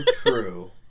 true